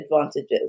advantages